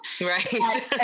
Right